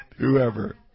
whoever